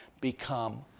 become